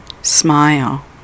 Smile